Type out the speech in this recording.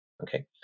okay